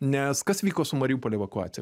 nes kas vyko su mariupolio evakuacija